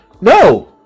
no